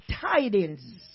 tidings